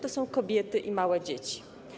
To są kobiety i małe dzieci.